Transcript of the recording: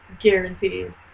Guaranteed